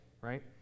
Right